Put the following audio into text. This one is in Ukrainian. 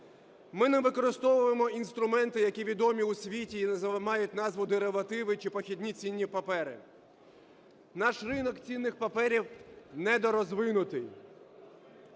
Ми не використовуємо інструменти, які відомі у світі і мають назву деривативи чи похідні цінні папери. Наш ринок цінних паперів недорозвинутий.